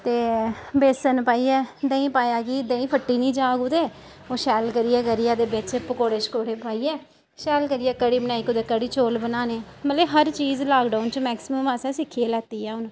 ते बेसन पाइयै देई पाया जी देईं फट्टी नी जा कुतै ओह् शैल करियै कड्ढियै ते बेच्च पकौड़े शकौड़े पाइये शैल करियै कड़ी बनाई कुतै कड़ी चौल बनाने मतलब हर चीज लॉकडाउन च मैक्सीमम असें सिक्खी गै लैती ऐ हुन